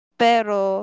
pero